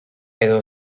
edo